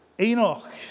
Enoch